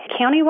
countywide